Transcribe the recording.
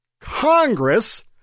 Congress